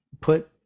put